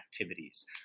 activities